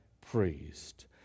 priest